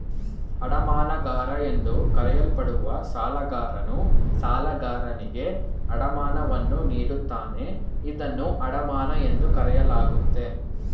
ಅಡಮಾನಗಾರ ಎಂದು ಕರೆಯಲ್ಪಡುವ ಸಾಲಗಾರನು ಸಾಲಗಾರನಿಗೆ ಅಡಮಾನವನ್ನು ನೀಡುತ್ತಾನೆ ಇದನ್ನ ಅಡಮಾನ ಎಂದು ಕರೆಯಲಾಗುತ್ತೆ